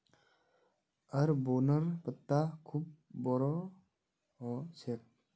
अरबोंर पत्ता खूब बोरो ह छेक